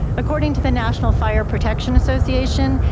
according to the national fire protection association,